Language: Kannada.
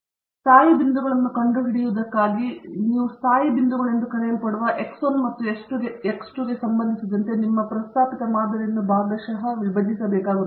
ಆದ್ದರಿಂದ ಸ್ಥಾಯಿ ಬಿಂದುಗಳನ್ನು ಕಂಡುಹಿಡಿಯುವುದಕ್ಕಾಗಿ ನೀವು ಸ್ಥಾಯಿ ಬಿಂದುಗಳು ಎಂದು ಕರೆಯಲ್ಪಡುವ x 1 ಮತ್ತು x 2 ಗೆ ಸಂಬಂಧಿಸಿದಂತೆ ನಿಮ್ಮ ಪ್ರಸ್ತಾಪಿತ ಮಾದರಿಯನ್ನು ಭಾಗಶಃ ವಿಭಜಿಸಬೇಕಾಗುತ್ತದೆ